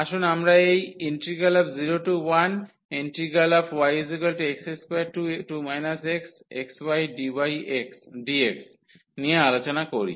আসুন আমরা এই 01yx22 xxydydx নিয়ে আলোচনা করি